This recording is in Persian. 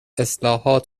اصلاحات